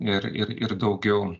ir ir ir daugiau